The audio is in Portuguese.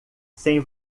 sem